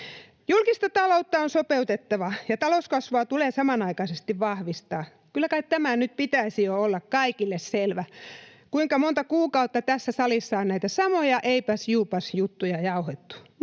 Julkista taloutta on sopeutettava, ja talouskasvua tulee samanaikaisesti vahvistaa. Kyllä kai tämän nyt pitäisi jo olla kaikille selvä. Kuinka monta kuukautta tässä salissa on näitä samoja eipäs—juupas-juttuja jauhettu.